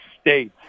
states